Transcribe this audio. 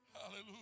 hallelujah